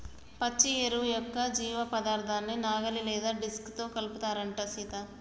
పచ్చి ఎరువు యొక్క జీవపదార్థాన్ని నాగలి లేదా డిస్క్ తో కలుపుతారంటం సీత